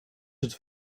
het